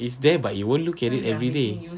it's there but you won't look at it everyday